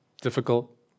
difficult